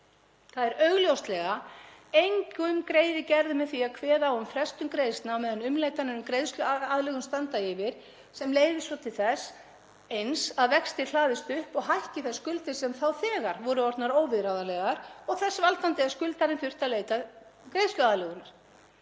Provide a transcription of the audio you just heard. Það er augljóslega engum greiði gerður með því að kveða á um frestun greiðslna á meðan umleitanir um greiðsluaðlögun standa yfir sem leiðir svo til þess eins að vextir hlaðast upp og hækka þær skuldir sem þá þegar voru orðnar óviðráðanlegar og þess valdandi að skuldarinn þurfti að leita greiðsluaðlögunar.